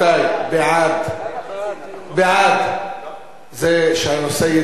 בעד זה שהנושא יידון במליאה,